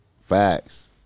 Facts